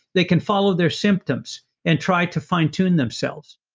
they can follow their symptoms and try to fine tune themselves